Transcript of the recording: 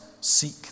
seek